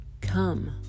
come